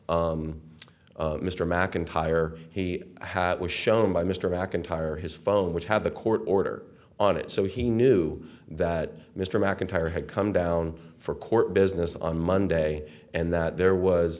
mr macintyre he had was shown by mr macintyre his phone which had the court order on it so he knew that mr mcintyre had come down for court business on monday and that there was